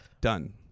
done